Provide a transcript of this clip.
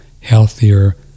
healthier